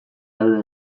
daude